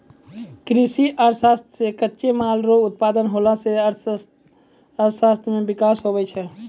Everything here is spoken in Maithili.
कृषि अर्थशास्त्र से कच्चे माल रो उत्पादन होला से अर्थशास्त्र मे विकास हुवै छै